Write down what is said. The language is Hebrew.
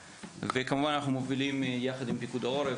וכמובן אנחנו מובילים יחד עם פיקוד העורף